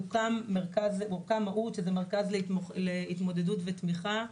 הוקם מהו"ת, שזה מרכז להתמודדות ותמיכה,